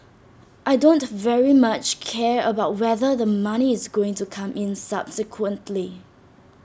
I don't very much care about whether the money is going to come in subsequently